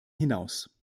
hinaus